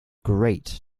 great